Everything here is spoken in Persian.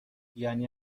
یعنی